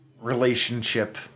relationship